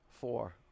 four